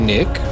Nick